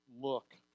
Look